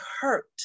hurt